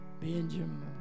Benjamin